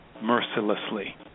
mercilessly